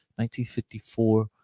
1954